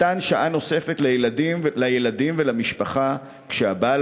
מתן שעה נוספת לילדים ולמשפחה כשהבעל